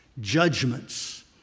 judgments